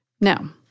Now